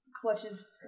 clutches